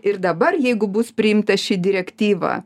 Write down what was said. ir dabar jeigu bus priimta ši direktyva